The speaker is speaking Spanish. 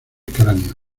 cráneo